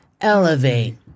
Elevate